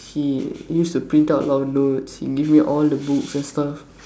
he used to print out long notes he give me all the books and stuff